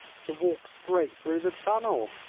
to walk straight through the tunnel!